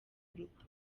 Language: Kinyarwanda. urupfu